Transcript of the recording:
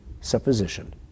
supposition